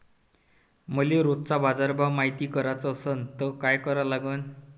मले रोजचा बाजारभव मायती कराचा असन त काय करा लागन?